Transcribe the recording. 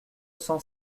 cent